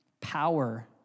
power